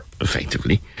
effectively